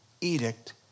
edict